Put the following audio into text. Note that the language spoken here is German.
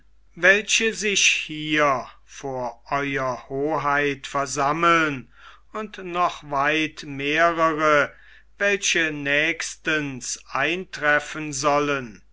welche sich hier vor ew hoheit versammeln und noch weit mehrere welche nächstens eintreffen sollen